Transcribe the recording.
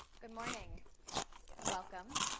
good morning and welcome.